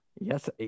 Yes